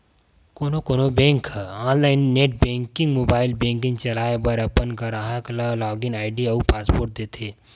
कोनो कोनो बेंक ह online net banking, mobile banking चलाए बर अपन गराहक ल लॉगिन आईडी अउ पासवर्ड देथे